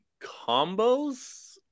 combos